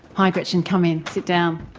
hi gretchen, come in, sit down.